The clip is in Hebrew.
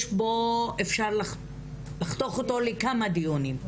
יש בו אפשר לחתוך אותו לכמה דיונים,